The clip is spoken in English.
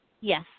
Yes